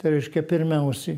tai reiškia pirmiausiai